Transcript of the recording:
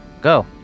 go